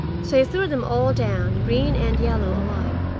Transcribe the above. so he threw them all down, green and yellow alike,